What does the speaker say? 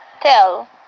tell